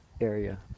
area